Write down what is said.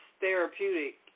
therapeutic